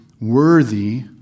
worthy